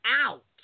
out